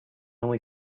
only